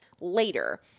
later